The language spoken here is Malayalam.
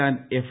and F